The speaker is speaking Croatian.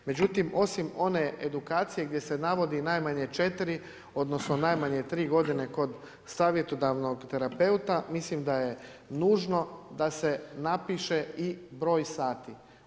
Međutim, osim one edukacije, gdje se navodi najmanje 4, odnosno, najmanje 3 g. kod savjetodavnog terapeuta, mislim da je nužno da se napiše i broj sati.